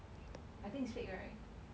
I think it's fake right